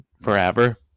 forever